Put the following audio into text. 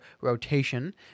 rotation